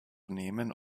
nehmen